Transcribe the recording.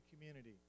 community